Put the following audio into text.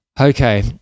Okay